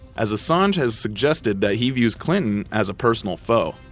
as assange has suggested that he views clinton as a personal foe,